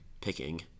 picking